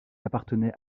appartenait